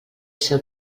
seu